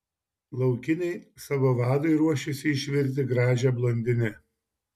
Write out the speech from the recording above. laukiniai savo vadui ruošiasi išvirti gražią blondinę